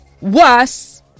worse